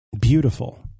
Beautiful